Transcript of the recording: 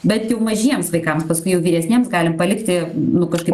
bet jau mažiems vaikams paskui jau vyresniems galim palikti nu kažkaip